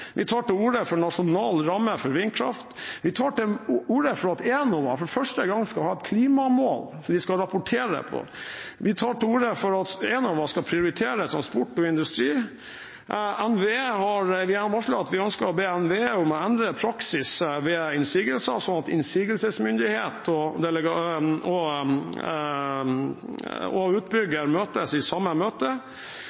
Vi tar til orde for nasjonal ramme for vindkraft. Vi tar til orde for at Enova for første gang skal ha et klimamål de skal rapportere på. Vi tar til orde for at Enova skal prioritere transport og industri. Vi har varslet at vi ønsker å be NVE om å endre praksis ved innsigelser, slik at innsigelsesmyndighet og